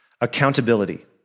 Accountability